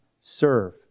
serve